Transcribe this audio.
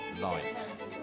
lights